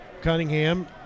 Cunningham